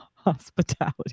hospitality